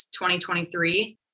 2023